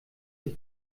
ich